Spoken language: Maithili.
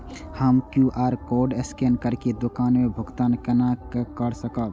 हम क्यू.आर कोड स्कैन करके दुकान में भुगतान केना कर सकब?